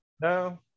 No